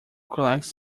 collects